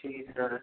जी sir